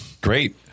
Great